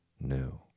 new